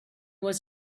was